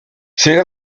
ces